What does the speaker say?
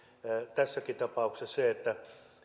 tässäkin tapauksessa se että